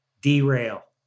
derail